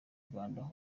rwanda